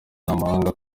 ntamuhanga